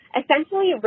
essentially